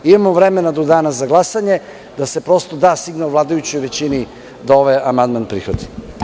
Imamo vremena do dana za glasanje, da se da signal vladajućoj većini da ovaj amandman prihvati.